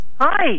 Hi